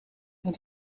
het